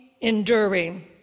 Enduring